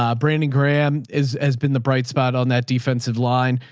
um brandon graham is, has been the bright spot on that defensive line,